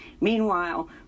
Meanwhile